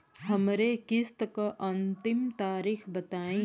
हमरे किस्त क अंतिम तारीख बताईं?